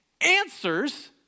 answers